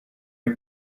you